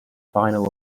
final